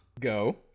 go